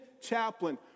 chaplain